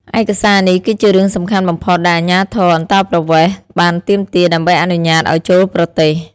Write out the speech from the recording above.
ឯកសារនេះគឺជារឿងសំខាន់បំផុតដែលអាជ្ញាធរអន្តោប្រវេសន៍បានទាមទារដើម្បីអនុញ្ញាតឱ្យចូលប្រទេស។